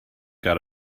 got